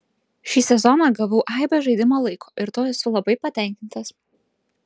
šį sezoną gavau aibę žaidimo laiko ir tuo esu labai patenkintas